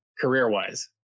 career-wise